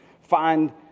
find